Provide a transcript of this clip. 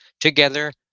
together